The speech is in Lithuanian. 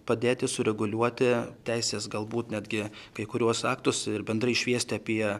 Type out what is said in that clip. padėti sureguliuoti teisės galbūt netgi kai kuriuos aktus ir bendrai šviesti apie